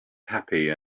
happy